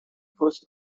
post